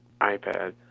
iPad